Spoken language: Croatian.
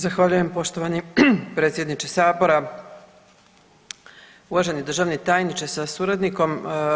Zahvaljujem poštovani predsjedniče Sabora, uvaženi državni tajniče sa suradnikom.